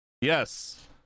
Yes